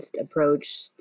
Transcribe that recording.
approach